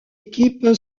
équipe